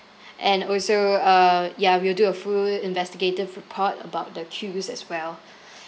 and also uh ya we'll do a full investigative report about the queues as well